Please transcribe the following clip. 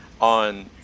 on